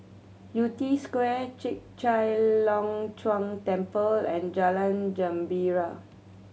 Yew Tee Square Chek Chai Long Chuen Temple and Jalan Gembira